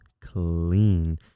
clean